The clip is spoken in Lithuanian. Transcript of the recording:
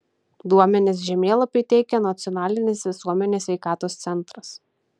duomenis žemėlapiui teikia nacionalinis visuomenės sveikatos centras